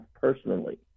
personally